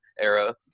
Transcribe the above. era